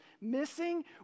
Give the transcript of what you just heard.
missing